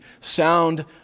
sound